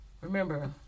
Remember